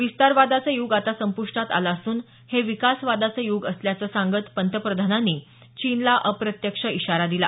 विस्तारवादाचं युग आता संपुष्टात आलं असून हे विकासवादाचं युग असल्याचं सांगत पंतप्रधान मोदी यांनी चीनला अप्रत्यक्ष इशारा दिला